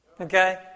Okay